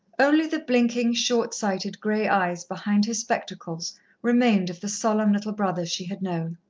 only the blinking, short-sighted grey eyes behind his spectacles remained of the solemn little brother she had known.